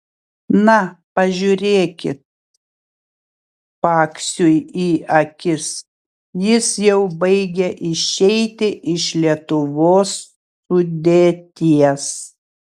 na pažiūrėkit paksiui į akis jis jau baigia išeiti iš lietuvos sudėties